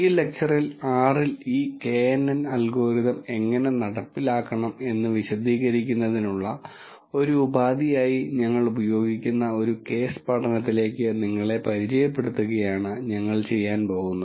ഈ ലെക്ച്ചറിൽ R ൽ ഈ knn അൽഗോരിതം എങ്ങനെ നടപ്പിലാക്കണം എന്ന് വിശദീകരിക്കുന്നതിനുള്ള ഒരു ഉപാധിയായി ഞങ്ങൾ ഉപയോഗിക്കുന്ന ഒരു കേസ് പഠനത്തിലേക്ക് നിങ്ങളെ പരിചയപ്പെടുത്തുകയാണ് ഞങ്ങൾ ചെയ്യാൻ പോകുന്നത്